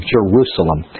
Jerusalem